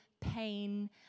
pain